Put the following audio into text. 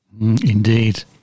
Indeed